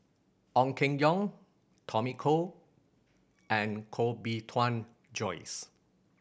Ong Keng Yong Tommy Koh and Koh Bee Tuan Joyce